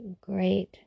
great